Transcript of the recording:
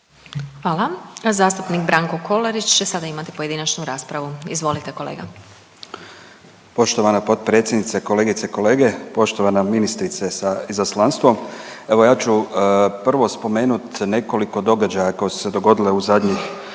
Hvala. Zastupnik Branko Kolarić će sada imati pojedinačnu raspravu. Izvolite kolega. **Kolarić, Branko (SDP)** Poštovana potpredsjednice, kolegice, kolege, poštovana ministrice sa izaslanstvom, evo ja ću prvo spomenut nekoliko događaja koja su se dogodila u zadnjih